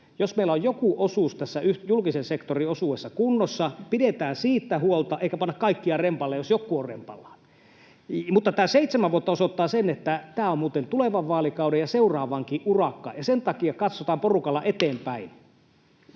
Jos meillä on joku osuus tässä julkisen sektorin osuudessa kunnossa, pidetään siitä huolta, eikä panna kaikkea rempalle, jos joku on rempallaan. Mutta tämä seitsemän vuotta osoittaa sen, että tämä on muuten tulevan vaalikauden ja seuraavankin urakka. Sen takia katsotaan porukalla eteenpäin.